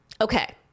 okay